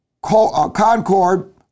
concord